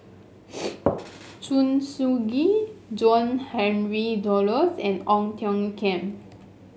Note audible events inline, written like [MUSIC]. [NOISE] [UNINTELLIGIBLE] Soo Ngee John Henry Duclos and Ong Tiong Khiam